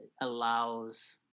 allows